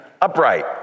upright